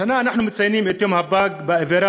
השנה אנחנו מציינים את יום הפג באווירה